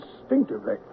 instinctively